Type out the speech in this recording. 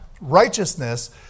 righteousness